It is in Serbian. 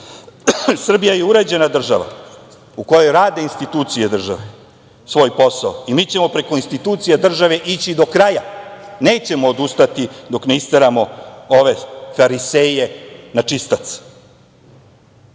je uređena država u kojoj rade institucije države svoj posao i mi ćemo preko institucija države ići do kraja, nećemo odustati dok ne isteramo ove fariseje na čistac.